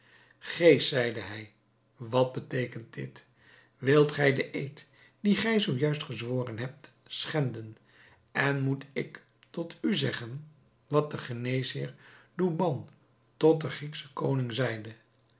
geest zeide hij wat beteekent dit wilt gij den eed dien gij zoo juist gezworen hebt schenden en moet ik tot u zeggen wat de geneesheer douban tot den griekschen koning zeide